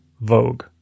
Vogue